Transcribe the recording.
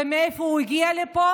מאיפה הוא הגיע לפה